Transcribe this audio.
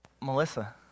Melissa